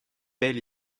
pell